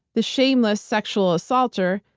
the shameless sexual assaulter,